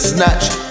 Snatched